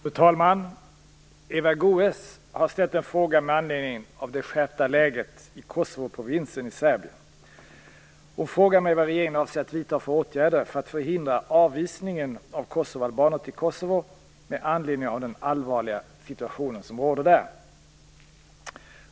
Fru talman! Eva Goës har framställt en interpellation med anledning av det skärpta läget i Kosovoprovinsen i Serbien. Eva Goës frågar mig vilka åtgärder regeringen avser att vidta för att förhindra avvisningen av kosovoalbaner till Kosovo med anledning av den allvarliga situation som råder där.